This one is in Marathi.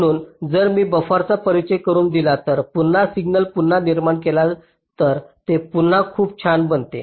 म्हणून जर मी बफरचा परिचय करून दिला तर पुन्हा सिग्नल पुन्हा निर्माण केला तर ते पुन्हा खूप छान बनते